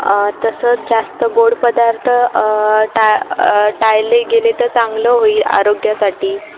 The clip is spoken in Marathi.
तसंच जास्त गोड पदार्थ टाळ टाळले गेले तर चांगलं होईल आरोग्यासाठी